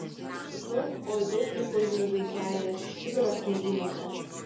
daug oi daug liko jų vaikeli sibiro sniegynuose